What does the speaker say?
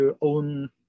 own